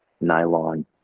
nylon